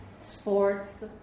sports